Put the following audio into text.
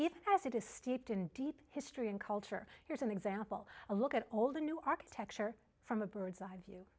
has it is steeped in deep history and culture here's an example a look at old and new architecture from a bird's eye view